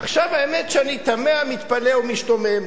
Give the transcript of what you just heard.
עכשיו, האמת שאני תמה, מתפלא ומשתומם,